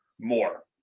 More